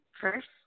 first